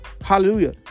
Hallelujah